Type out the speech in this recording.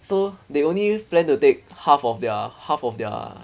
so they only plan to take half of their half of their